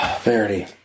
Verity